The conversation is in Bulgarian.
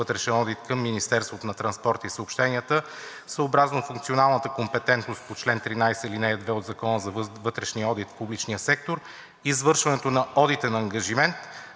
вътрешен одит към Министерството на транспорта и съобщенията съобразно професионалната компетентност по чл. 13, ал. 2 от Закона за вътрешния одит в публичния сектор, извършването на одитен ангажимент